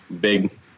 big